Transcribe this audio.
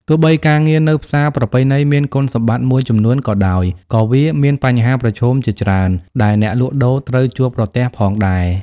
ទោះបីការងារនៅផ្សារប្រពៃណីមានគុណសម្បត្តិមួយចំនួនក៏ដោយ ក៏វាមានបញ្ហាប្រឈមជាច្រើនដែលអ្នកលក់ដូរត្រូវជួបប្រទះផងដែរ។